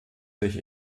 sich